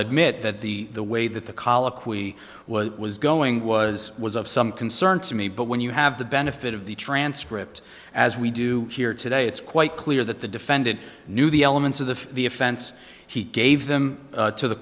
admit that the way that the colloquy was was going was was of some concern to me but when you have the benefit of the transcript as we do here today it's quite clear that the defendant knew the elements of the the offense he gave them to the